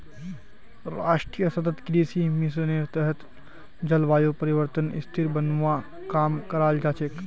राष्ट्रीय सतत कृषि मिशनेर तहत जलवायु परिवर्तनक स्थिर बनव्वा काम कराल जा छेक